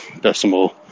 decimal